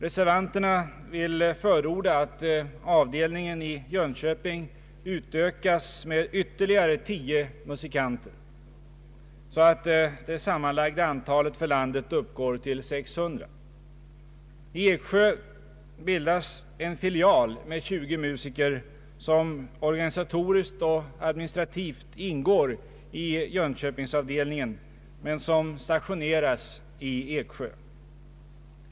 Reservanterna vill förorda att avdelningen i Jönköping utökas med ytterligare tio musiker så att det sammanlagda antalet för landet uppgår till 600. I Eksjö bildas en filial med 20 musiker, som organisatoriskt och administrativt ingår i Jönköpingsavdelningen men stationeras i Eksjö.